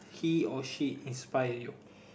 he or she inspire you